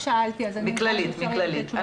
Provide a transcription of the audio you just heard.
מקופת חולים כללית.